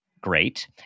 great